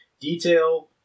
detail